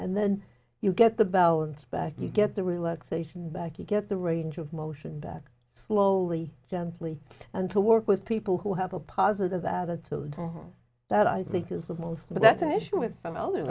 and then you get the balance back you get the relaxation back you get the range of motion that slowly gently and to work with people who have a positive attitude that i think is the most but that's an issue with